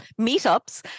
meetups